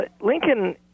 Lincoln